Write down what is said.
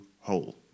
whole